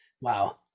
Wow